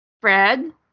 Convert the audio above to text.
Fred